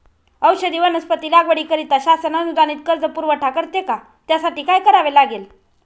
औषधी वनस्पती लागवडीकरिता शासन अनुदानित कर्ज पुरवठा करते का? त्यासाठी काय करावे लागेल?